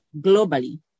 globally